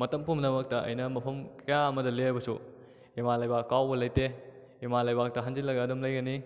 ꯃꯇꯝ ꯄꯨꯝꯅꯃꯛꯇ ꯑꯩꯅ ꯃꯐꯝ ꯀꯌꯥ ꯑꯃꯗ ꯂꯩꯔꯕꯁꯨ ꯏꯃꯥ ꯂꯩꯕꯥꯛ ꯀꯥꯎꯕ ꯂꯩꯇꯦ ꯏꯃꯥ ꯂꯩꯕꯥꯛꯇ ꯍꯟꯖꯤꯜꯂꯒ ꯑꯗꯨꯝ ꯂꯩꯒꯅꯤ